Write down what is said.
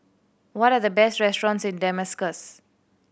what are the best restaurants in Damascus